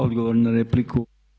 Odgovor na repliku.